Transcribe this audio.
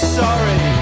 sorry